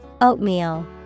Oatmeal